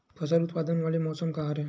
फसल उत्पादन वाले मौसम का हरे?